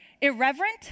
irreverent